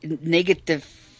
negative